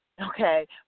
okay